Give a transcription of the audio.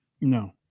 no